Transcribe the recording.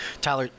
Tyler